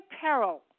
peril